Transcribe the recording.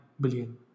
billion